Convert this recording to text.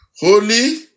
holy